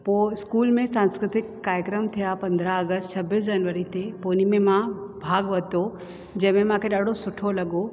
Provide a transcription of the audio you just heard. पोइ स्कूल में सांस्कृतिक कार्यक्रम थिया पंद्रहं अगस्त छब्बीस जनवरी ते पोइ इन्हीअ में मां भाॻु वरितो जंहिंमें मूंखे ॾाढो सुठो लॻो